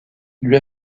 lui